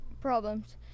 problems